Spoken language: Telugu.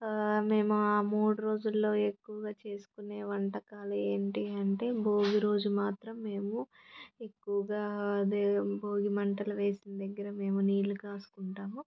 ఆ మేము ఆ మూడు రోజులలో ఎక్కువగా చేసుకునే వంటకాలు ఏంటి అంటే భోగి రోజు మాత్రం మేము ఎక్కువగా అదే భోగి మంటలు వేసిన దగ్గర మేము నీళ్ళు కాచుకుంటాము